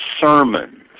sermons